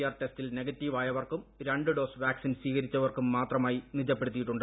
R ടെസ്റ്റിൽ നെഗറ്റീവായവർക്കും രണ്ട് ഡോസ് വാക്സീൻ സ്വീകരിച്ചവർക്കും മാത്രമായി നിജപ്പെടുത്തിയിട്ടുണ്ട്